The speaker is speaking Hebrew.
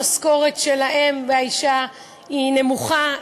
המשכורת של האם והאישה היא נמוכה,